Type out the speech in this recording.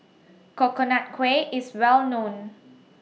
Coconut Kuih IS Well known